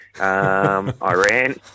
Iran